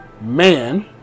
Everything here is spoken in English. man